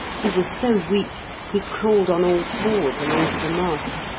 he was so weak he crawled on all fours along to the mast,